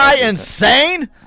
insane